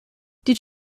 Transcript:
did